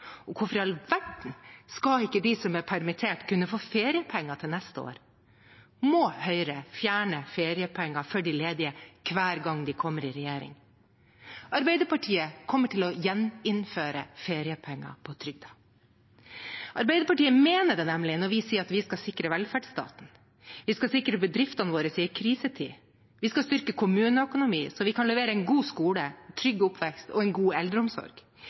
Og hvorfor i all verden skal ikke de som er permittert, kunne få feriepenger til neste år? Må Høyre fjerne feriepenger for de ledige hver gang de kommer i regjering? Arbeiderpartiet kommer til å gjeninnføre feriepenger på trygd. Arbeiderpartiet mener det nemlig når vi sier at vi skal sikre velferdsstaten. Vi skal sikre bedriftene våre i en krisetid. Vi skal styrke kommuneøkonomien, så vi kan levere en god skole, en trygg oppvekst og en god eldreomsorg.